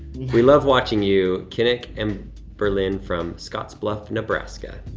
we love watching you, kinnick and berlin from scottsbluff, nebraska.